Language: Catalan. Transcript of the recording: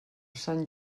sant